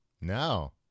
No